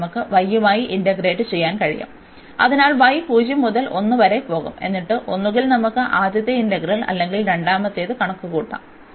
എന്നിട്ട് നമുക്ക് y യുമായി ഇന്റഗ്രേറ്റ് ചെയ്യാൻ കഴിയും അതിനാൽ y 0 മുതൽ 1 വരെ പോകും എന്നിട്ട് ഒന്നുകിൽ നമുക്ക് ആദ്യത്തെ ഇന്റഗ്രൽ അല്ലെങ്കിൽ രണ്ടാമത്തേത് കണക്കുകൂട്ടാം